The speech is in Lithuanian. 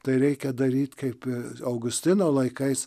tai reikia daryt kaip augustino laikais